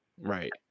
Right